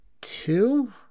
Two